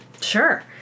Sure